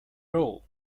rule